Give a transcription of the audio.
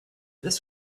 this